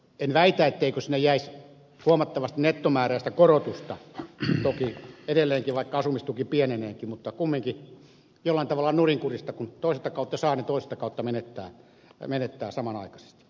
en väitä etteikö sinne jäisi huomattavasti nettomääräistä korotusta toki edelleenkin vaikka asumistuki pieneneekin mutta kumminkin jollain tavalla on nurinkurista kun toista kautta saa niin toista kautta menettää samanaikaisesti